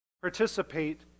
participate